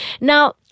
Now